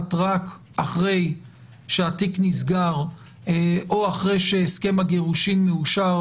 מתבצעת רק אחרי שהתיק נסגר או אחרי שהסכם הגירושין מאושר,